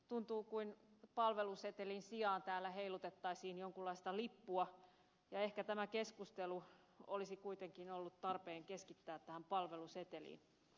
tuntuu kuin palvelusetelin sijaan täällä heilutettaisiin jonkunlaista lippua ja ehkä tämä keskustelu olisi kuitenkin ollut tarpeen keskittää tähän palveluseteliin